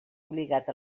obligat